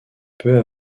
peu